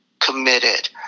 committed